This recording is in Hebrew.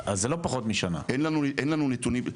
אז אין לכם נתונים?